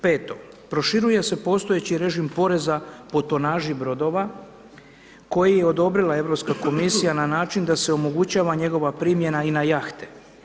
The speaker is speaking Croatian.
Peto, proširuje se postojeći režim poreza po tonaži brodova koji je odobrila Europska komisija na način da se omogućava njegova primjena i na jahte.